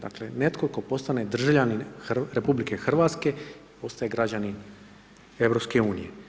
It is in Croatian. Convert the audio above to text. Dakle, netko tko postane državljanin RH, postaje građanin EU.